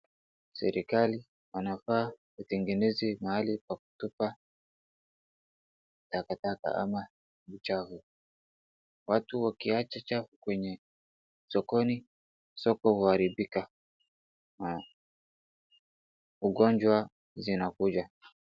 Serikali inafaa kutengeneza mahali pa kutupa takataka ama uchafu, watu wakiwacha chafu kwenye sokoni, soko huharibika, ugonjwa zinakuja.